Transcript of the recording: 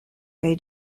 kaj